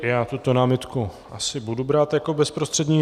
Já tuto námitku asi budu brát jako bezprostřední.